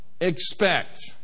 expect